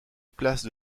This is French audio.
place